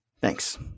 Thanks